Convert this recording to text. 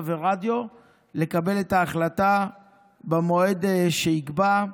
ורדיו לקבל את ההחלטה במועד שיקבע,